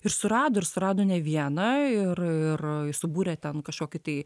ir surado ir surado ne vieną ir ir subūrė ten kažkokį tai